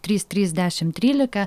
trys trys dešimt trylika